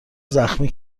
زخمی